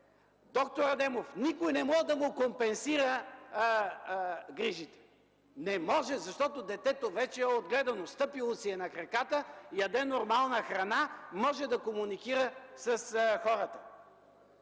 д-р Адемов, никой не може да компенсира грижите. Не може, защото детето вече е отгледано, стъпило си е на краката, яде нормална храна, може да комуникира с хората.